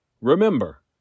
Remember